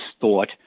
thought